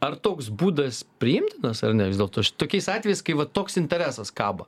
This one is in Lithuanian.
ar toks būdas priimtinas ar ne vis dėlto ši tokiais atvejais kai va toks interesas kabo